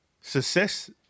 success